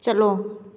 ꯆꯠꯂꯣ